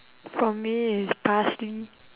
for me is parsley